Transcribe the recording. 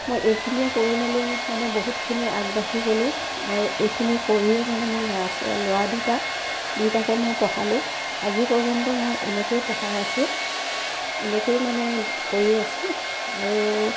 মই এইখিনিয়ে কৰি মেলি মানে বহুতখিনি আগবাঢ়ি গ'লোঁ আৰু এইখিনি কৰিয়েই মানে মোৰ ল'ৰা ছোৱালী আৰু ল'ৰা দুটা দুইটাকে মই পঢ়ালোঁ আজি পৰ্যন্ত মই এনেকেই পঢ়াই আছোঁ এনেকেই মানে কৰিয়ে আছোঁ আৰু